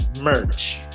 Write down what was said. merch